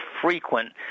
frequent